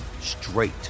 straight